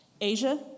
Asia